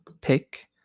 pick